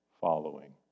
following